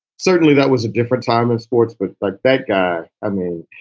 certainly that was a different time of sports. but like that guy, i mean,